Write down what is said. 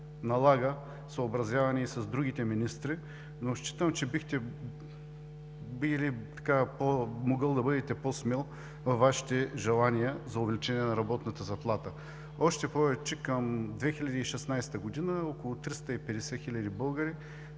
налага съобразяване и с други министри. Считам, че бихте могъл да бъдете по-смел във Вашите желания за увеличение на работната заплата. Още повече, че към 2016 г. около 350 хиляди българи